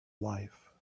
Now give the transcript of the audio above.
life